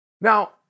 Now